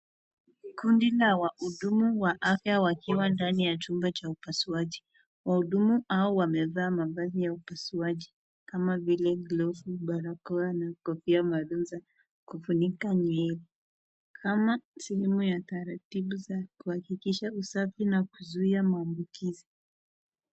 Kundi la maudumu wa afya wakiwa ndani ya chumba cha upazuaji, waudumu hao wamevaa mavazi ya upasuachi kama vile, glovu , barakoa, na kofia mahalumu za kufunika nywele, kama sehemu ya taratibu za kuhakikisha usafi na kuzuia maambukizi.